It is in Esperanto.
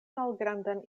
malgrandan